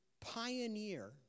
pioneer